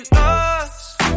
lost